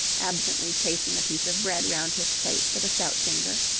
absently chasing a piece of bread round his plate with a stout finger.